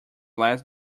less